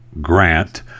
grant